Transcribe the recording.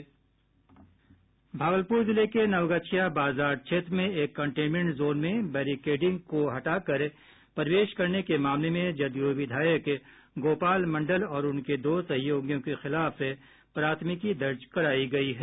भागलपुर जिले के नवगछिया बाजार क्षेत्र में एक कंटेनमेंट जोन में बेरिकेडिंग को हटाकर प्रवेश करने के मामले में जदयू विधायक गोपाल मंडल और उनके दो सहयोगियों के खिलाफ प्राथमिकी दर्ज करायी गयी है